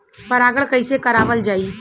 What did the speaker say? परागण कइसे करावल जाई?